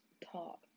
talk